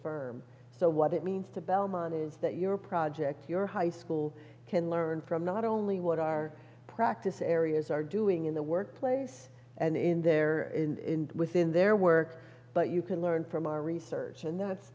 firm so what it means to belmont is that your project your high school can learn from not only what our practice areas are doing in the workplace and in their within their work but you can learn from our research and that's